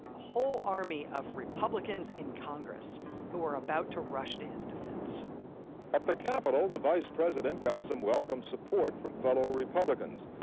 whole army of republicans in congress who were about to rush to his defense at the capitol, the vice president got some welcome support from fellow republicans.